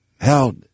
Held